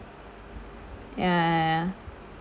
ya ya ya